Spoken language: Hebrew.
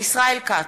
ישראל כץ,